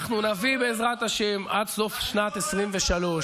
אנחנו נביא, בעזרת השם, עד סוף שנת 2023,